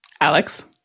Alex